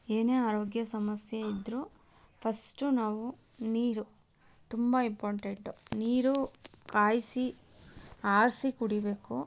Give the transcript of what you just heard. ಏನೇ ಆರೋಗ್ಯ ಸಮಸ್ಯೆ ಇದ್ದರೂ ಫಸ್ಟು ನಾವು ನೀರು ತುಂಬ ಇಂಪಾರ್ಟೆಂಟು ನೀರು ಕಾಯಿಸಿ ಆರಿಸಿ ಕುಡಿಯಬೇಕು